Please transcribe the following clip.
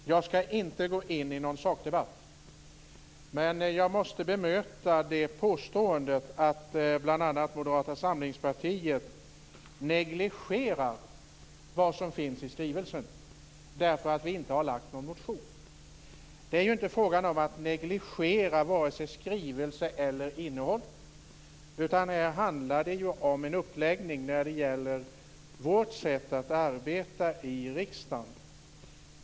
Herr talman! Jag skall inte gå in i någon sakdebatt, men jag måste bemöta påståendet att bl.a. vi i Moderata samlingspartiet skulle negligera vad som finns i skrivelsen därför att vi inte har väckt någon motion. Det är inte fråga om att negligera vare sig skrivelse eller innehåll. Det handlar om en uppläggning av vårt sätt att arbeta i riksdagen.